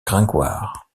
gringoire